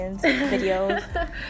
videos